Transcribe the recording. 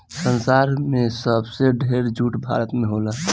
संसार में सबसे ढेर जूट भारत में होला